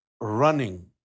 running